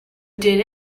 did